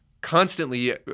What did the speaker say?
constantly